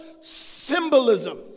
symbolism